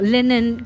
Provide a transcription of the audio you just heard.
Linen